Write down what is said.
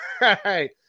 right